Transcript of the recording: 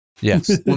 Yes